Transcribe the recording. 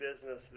business